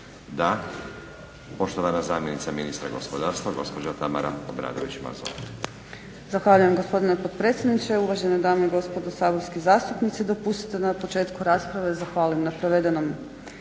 Poštovana zamjenica ministra gospodarstva gospođa Tamara Obradović Mazal. **Obradović Mazal, Tamara** Zahvaljujem gospodine potpredsjedniče. Uvažene dame i gospodo saborski zastupnici. Dopustite da na početku rasprave zahvalim na provedenoj